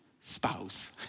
spouse